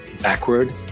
backward